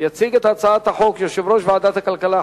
יציג את הצעת החוק יושב-ראש ועדת הכלכלה,